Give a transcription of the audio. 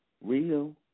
Real